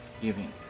giving